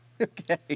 Okay